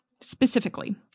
specifically